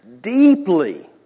deeply